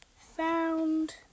Found